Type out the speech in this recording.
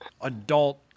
adult